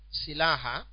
silaha